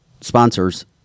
sponsors